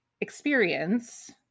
experience